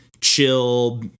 chill